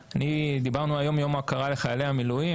היום יום ההכרה לחיילי המילואים,